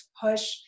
push